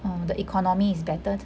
um the economy is better